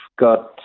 got